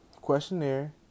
questionnaire